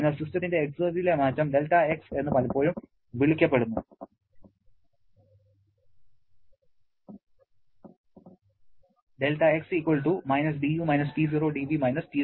അതിനാൽ സിസ്റ്റത്തിന്റെ എക്സർജിയിലെ മാറ്റം δX എന്ന് പലപ്പോഴും വിളിക്കപ്പെടുന്നു δX - dU - P0dV - T0dS